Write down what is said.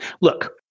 Look